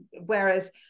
Whereas